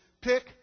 pick